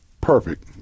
perfect